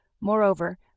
Moreover